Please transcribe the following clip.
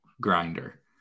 grinder